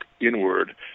inward